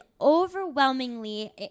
overwhelmingly